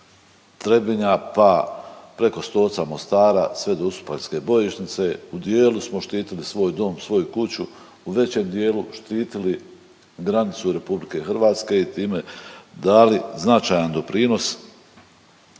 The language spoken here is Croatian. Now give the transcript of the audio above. Trebinja, pa preko Stoca, Mostara, sve do uskopaljske bojišnice, u dijelu smo štitili svoj dom, svoju kuću, u većem dijelu štitili granicu RH i time dali značajan doprinos